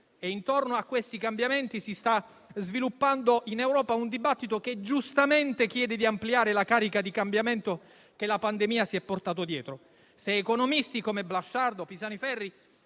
Intorno a questi cambiamenti si sta sviluppando in Europa un dibattito che, giustamente, chiede di ampliare la carica di cambiamento che la pandemia si è portata dietro.